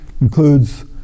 Includes